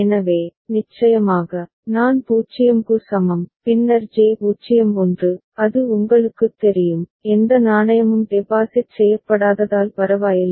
எனவே நிச்சயமாக நான் 0 க்கு சமம் பின்னர் J 0 1 அது உங்களுக்குத் தெரியும் எந்த நாணயமும் டெபாசிட் செய்யப்படாததால் பரவாயில்லை